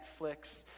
Netflix